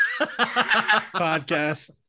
podcast